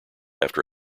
after